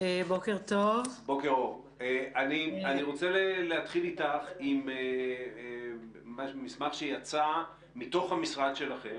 אני רוצה להתחיל עם מסמך שיצא מתוך המשרד שלכם,